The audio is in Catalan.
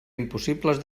impossibles